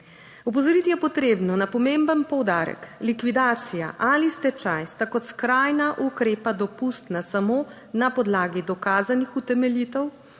Opozoriti je potrebno na pomemben poudarek, likvidacija ali stečaj sta kot skrajna ukrepa dopustna samo na podlagi dokazanih utemeljitev,